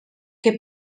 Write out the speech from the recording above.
que